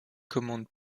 commandes